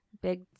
Big